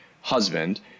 husband